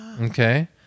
okay